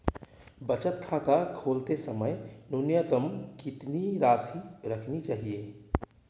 बचत खाता खोलते समय न्यूनतम कितनी राशि रखनी चाहिए?